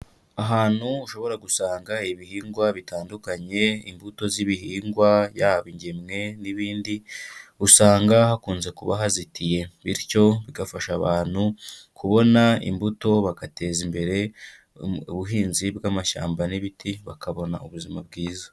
Ahantu ushobora gusanga ibihingwa bitandukanye, imbuto z'ibihingwa yaba ingemwe n'ibindi, usanga hakunze kuba hazitiye bityo bigafasha abantu kubona imbuto bagateza imbere ubuhinzi bw'amashyamba n'ibiti bakabona ubuzima bwiza.